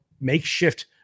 makeshift